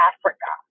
Africa